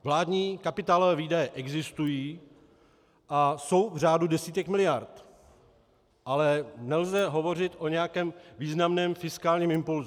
Vládní kapitálové výdaje existují a jsou v řádu desítek miliard, ale nelze hovořit o nějakém významném fiskálním impulsu.